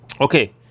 Okay